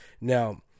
Now